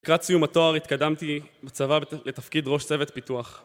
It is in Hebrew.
לקראת סיום התואר התקדמתי, בצבא, לתפקיד ראש צוות פיתוח